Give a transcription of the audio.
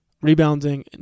rebounding